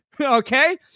okay